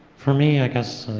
for me, i guess,